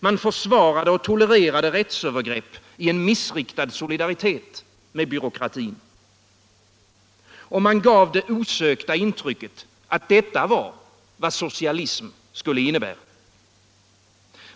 Man försvarade och tolererade rättsövergrepp i en missriktad solidaritet med byråkratin. Och man gav det osökta intrycket att detta var vad socialism skulle innebära.